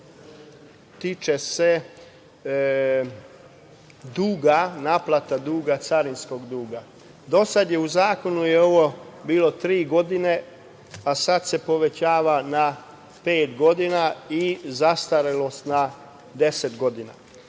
tiče se naplate carinskog duga. Do sada je u zakonu bilo tri godine, a sad se povećava na pet godina i zastarelost na 10 godina.